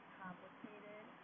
complicated